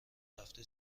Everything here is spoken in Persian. هفته